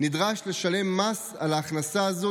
נדרש לשלם מס על ההכנסה הזו,